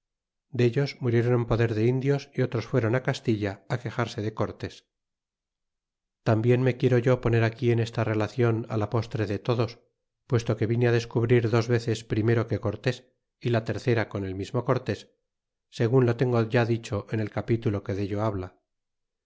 de palos dellos muriéron en poder de indios y otros fuéron castilla quexarse de cortés tambien me quiero yo poner aquí en esta relacion la postre de todos puesto que vine descubrir dos veces primero que cortés y la tercera con el mismo cortés segun lo tengo ya dicho en el capítulo que dello habla